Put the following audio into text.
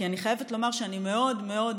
כי אני חייבת לומר שאני מאוד מאוד מודאגת.